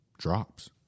drops